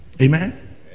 Amen